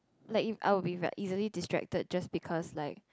like you I would be ve~ easily distracted just because like